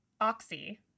Oxy